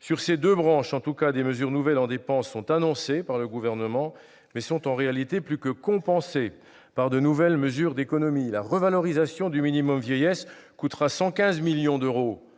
sur ces deux branches, des dépenses nouvelles sont annoncées par le Gouvernement, mais sont en réalité plus que compensées par de nouvelles mesures d'économies. Le revalorisation du minimum vieillesse coûtera 115 millions d'euros